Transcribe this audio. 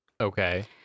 Okay